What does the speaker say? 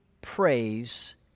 praise